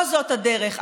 לא זאת הדרך.